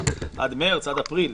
עד אפריל,